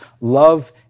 love